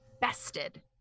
bested